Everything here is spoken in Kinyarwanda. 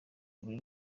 buri